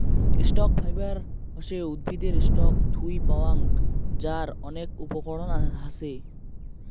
stock fibre হসে উদ্ভিদের stock থুই পাওয়াং যার অনেক উপকরণ হাছে